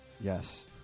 Yes